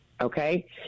okay